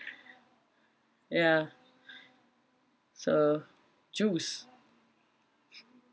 ya so choose